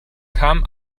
kam